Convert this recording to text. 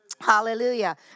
Hallelujah